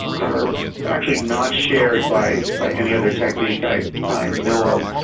are actually not shared by by any other technique i i know of.